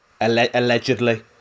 Allegedly